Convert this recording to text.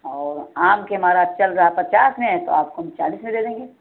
और आम के हमारा चल रहा पचास में तो आपको हम चालीस में दे देंगे